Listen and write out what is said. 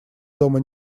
дома